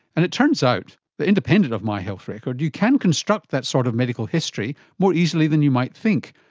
and it turns out that independent of my health record you can construct that sort of medical history more easily than you might think.